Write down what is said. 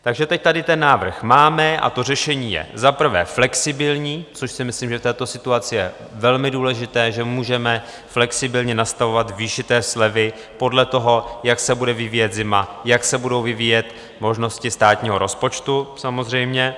Takže teď tady ten návrh máme a to řešení je za prvé flexibilní, což si myslím, že v této situaci je velmi důležité, že můžeme flexibilně nastavovat výši slevy podle toho, jak se bude vyvíjet zima, jak se budou vyvíjet možnosti státního rozpočtu, samozřejmě.